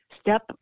step